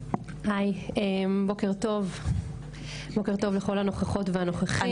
בוקר טוב לכל הנוכחות והנוכחים.